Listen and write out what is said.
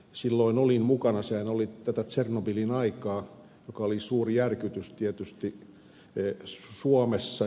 silloin olin mukana sehän oli tätä tsernobylin aikaa joka oli suuri järkytys tietysti suomessa